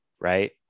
Right